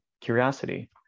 curiosity